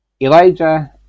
Elijah